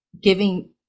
giving